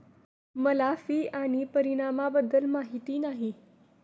मला फी आणि परिणामाबद्दल माहिती नाही